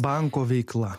banko veikla